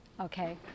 Okay